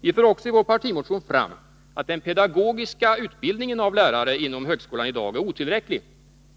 Vi för även i vår partimotion fram, att den pedagogiska utbildningen av lärare inom högskolan i dag är otillräcklig